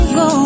go